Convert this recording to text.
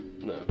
No